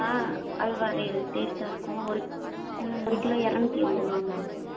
ஆ அதுதான் டே டேஸ்ட்டாக இருக்கும் ஒரு ஒரு கிலோ இரநூத்தி எண்பது ரூபா மேம்